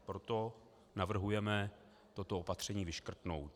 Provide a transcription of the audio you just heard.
Proto navrhujeme toto opatření vyškrtnout.